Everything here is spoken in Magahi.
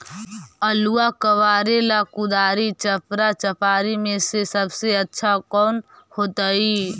आलुआ कबारेला कुदारी, चपरा, चपारी में से सबसे अच्छा कौन होतई?